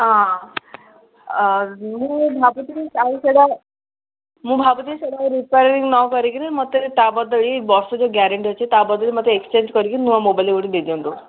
ହଁ ମୁଁ ଭାବୁଥିଲି କାଇଁ ସେଟା ମୁଁ ଭାବୁଥିଲି ସେଟା ଆଉ ରିପ୍ୟାରିଙ୍ଗ୍ ନ କରିକି ମୋତେ ତା ବଦଳି ବର୍ଷ ଗ୍ୟାରେଣ୍ଟି ଅଛି ତା ବଦଳି ମୋତେ ଏକ୍ସଚେଞ୍ଜ୍ କରିକି ନୂଆ ମୋବାଇଲ୍ ଗୋଟେ ଦେଇ ଦିଅନ୍ତୁ